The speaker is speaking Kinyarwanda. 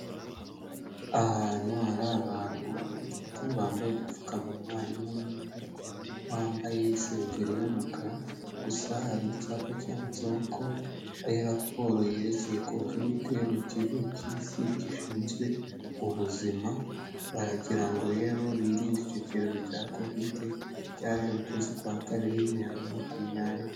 Ahantu hari abantu batatu bambaye udupfukamunwa, harimo n'undi wambaye isengeri y'umukara, gusa hari icyapa cyanditseho ko ari raporo yerekeye kovide mu kigo cy'isi gishinzwe ubuzima, baragira ngo rero birinde icyo cyorezo cya kovide cyaje mu kwezi kwa kabiri, bibiri na makumyabiri.